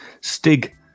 Stig